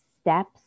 steps